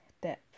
depth